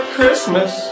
Christmas